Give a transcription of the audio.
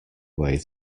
way